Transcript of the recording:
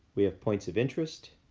we have points of interest.